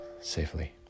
safely